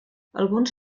alguns